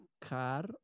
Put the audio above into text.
car